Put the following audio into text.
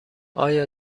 آیا